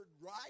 right